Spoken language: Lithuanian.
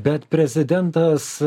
bet prezidentas